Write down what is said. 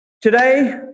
Today